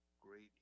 great